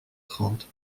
trente